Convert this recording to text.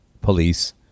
police